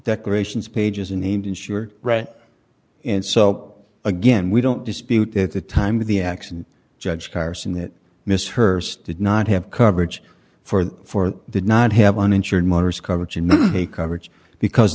decorations pages and named insured right and so again we don't dispute at the time of the accident judge carson that misheard did not have coverage for four did not have uninsured motorist coverage in the coverage because